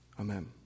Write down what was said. Amen